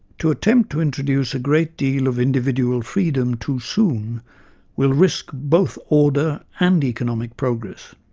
to attempt to introduce a great deal of individual freedom too soon will risk both order and economic progress.